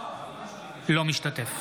אינו משתתף